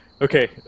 Okay